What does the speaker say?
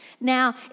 Now